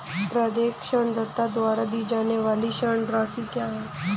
प्रत्येक ऋणदाता द्वारा दी जाने वाली ऋण राशि क्या है?